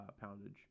poundage